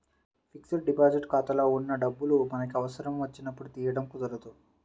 fixed deposit ఖాతాలో ఉన్న డబ్బులు మనకి అవసరం వచ్చినప్పుడు తీయడం కుదరదు